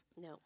No